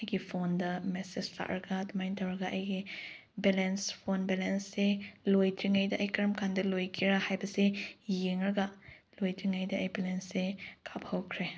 ꯑꯩꯒꯤ ꯐꯣꯟꯗ ꯃꯦꯁꯦꯁ ꯂꯥꯛꯂꯒ ꯑꯗꯨꯃꯥꯏ ꯇꯧꯔꯒ ꯑꯩꯒꯤ ꯕꯦꯂꯦꯟꯁ ꯐꯣꯟ ꯕꯦꯂꯦꯟꯁꯁꯦ ꯂꯣꯏꯗ꯭ꯔꯤꯉꯩꯗ ꯑꯩ ꯀꯔꯃ ꯀꯥꯟꯗ ꯂꯣꯏꯒꯦꯔ ꯍꯥꯏꯕꯁꯦ ꯌꯦꯡꯂꯒ ꯂꯣꯏꯗ꯭ꯔꯤꯉꯩꯗ ꯑꯩ ꯕꯦꯂꯦꯟꯁꯁꯦ ꯀꯥꯞꯍꯧꯈ꯭ꯔꯦ